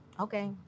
Okay